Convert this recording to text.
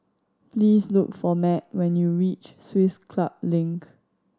please look for Matt when you reach Swiss Club Link